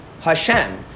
Hashem